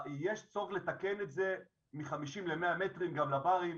יש צורך לתקן את זה מחמישים למאה מטרים לברים,